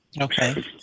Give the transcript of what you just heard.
Okay